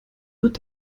wird